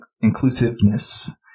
inclusiveness